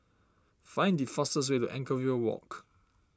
find the fastest way to Anchorvale Walk